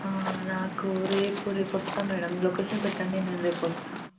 నాకు రేపు రేపు వస్తాను మేడం లొకేషన్ పెట్టండి నేను రేపు వస్తాను